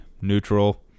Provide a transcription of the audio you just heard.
neutral